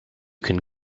can